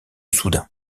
soudain